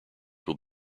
will